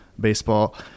baseball